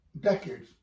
decades